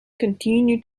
continue